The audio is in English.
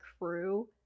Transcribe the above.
crew